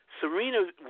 Serena